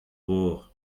vor